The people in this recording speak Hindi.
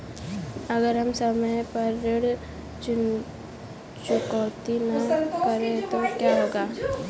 अगर हम समय पर ऋण चुकौती न करें तो क्या होगा?